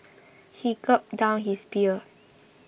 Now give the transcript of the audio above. he gulped down his beer